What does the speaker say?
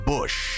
Bush